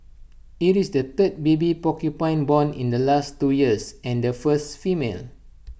IT is the third baby porcupine born in the last two years and the first female